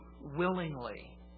willingly